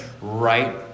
right